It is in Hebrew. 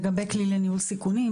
לגבי כלי ניהול סיכונים,